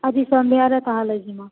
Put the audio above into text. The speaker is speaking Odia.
ଆଜି ସନ୍ଧ୍ୟାରେ ତା'ହେଲେ ଯିମା